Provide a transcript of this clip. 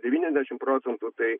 devyniasdešimt procentų tai